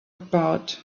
about